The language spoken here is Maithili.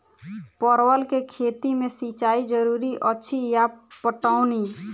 परवल केँ खेती मे सिंचाई जरूरी अछि या पटौनी?